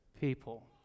people